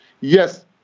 Yes